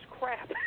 crap